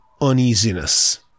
uneasiness